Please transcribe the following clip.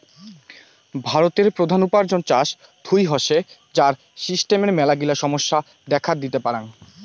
ভারতের প্রধান উপার্জন চাষ থুই হসে, যার সিস্টেমের মেলাগিলা সমস্যা দেখাত দিতে পারাং